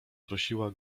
prosiła